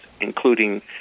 including